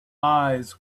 eyes